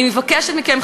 אני מבקשת מכם,